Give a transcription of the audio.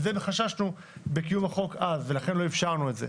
לכן אז חששנו מקיום החוק ולכן לא אפשרנו את זה.